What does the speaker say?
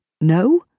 no